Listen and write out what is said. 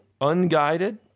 Unguided